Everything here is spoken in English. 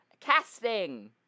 casting